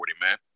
man